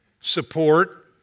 support